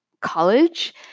college